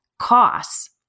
costs